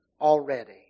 already